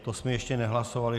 To jsme ještě nehlasovali.